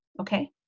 Okay